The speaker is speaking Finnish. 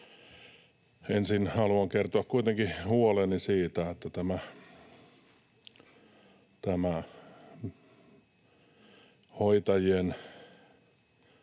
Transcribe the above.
ensin haluan kertoa kuitenkin huoleni siitä, että tämä hoitajien